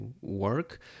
work